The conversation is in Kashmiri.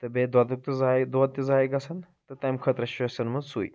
تہٕ بیٚیہِ دۄدھُک تہِ ضایعہِ دۄدھ تہِ ضایعہِ گژھان تہٕ تَمہِ خٲطرٕ چھُ اسہِ اوٚنمُت سُے